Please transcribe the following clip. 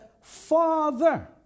Father